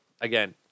Again